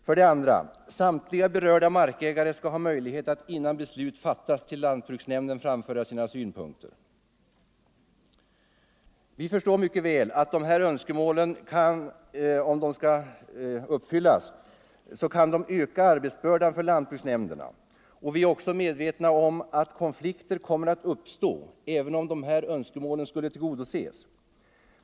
2. Samtliga berörda markägare skall ha möjlighet att innan beslut fattas till lantbruksnämnden framföra sina synpunkter. Vi förstår mycket väl att de här önskemålen, om de uppfylls, kan öka arbetsbördan för lantbruksnämnderna. Vi är också medvetna om att konflikter kommer att uppstå även om önskemålen tillgodoses.